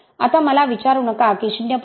आता मला विचारू नका की 0